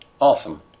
Awesome